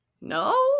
no